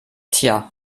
tja